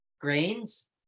Grains